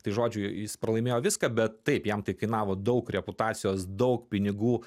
tai žodžiu jis pralaimėjo viską bet taip jam tai kainavo daug reputacijos daug pinigų